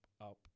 up